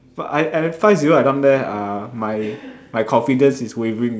but I at five zero I down there uh my my confidence is wavering